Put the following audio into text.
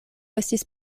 estis